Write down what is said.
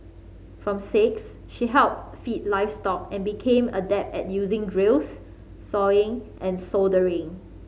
from six she helped feed livestock and became adept at using drills sawing and soldering